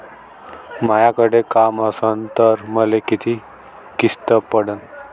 मायाकडे काम असन तर मले किती किस्त पडन?